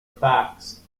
facts